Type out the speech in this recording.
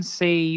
say